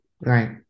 right